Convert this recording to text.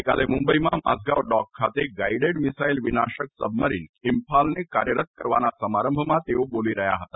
ગઇકાલે મુંબઇમાં માઝગાવ ડોક ખાતે ગાઇડેડ મિસાઇલ વિનાશક સબમરીન ઇમ્ફાલને કાર્યરત કરવાના સમારંભમાં તેઓ બોલી રહ્યા હતા